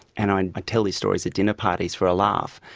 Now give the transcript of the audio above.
and i'd ah tell these stories at dinner parties for a laugh,